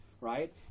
right